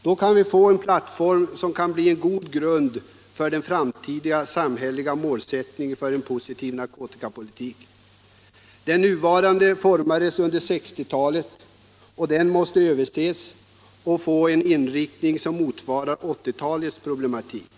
Då kan vi få en plattform som kan bli en god grund för den framtida samhälleliga målsättningen för en positiv narkotikapolitik. Den nuvarande formades under 1960-talet, och den måste överges och få en inriktning som motsvarar 1980-talets problematik.